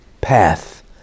path